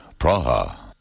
Praha